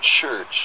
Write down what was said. church